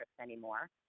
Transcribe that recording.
anymore